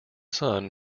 son